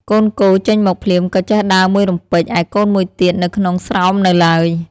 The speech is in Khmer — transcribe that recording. កូនគោចេញមកភ្លាមក៏ចេះដើរមួយរំពេច ឯកូនមួយទៀតនៅក្នុងស្រោមនៅឡើយ ។